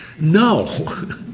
No